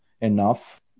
enough